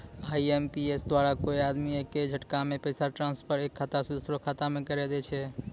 IMPS द्वारा कोय आदमी एक्के झटकामे पैसा ट्रांसफर एक खाता से दुसरो खाता मे करी दै छै